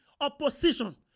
opposition